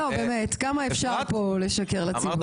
באמת, כמה אפשר כאן לשקר לציבור.